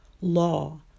Law